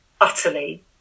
utterly